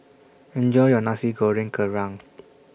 Enjoy your Nasi Goreng Kerang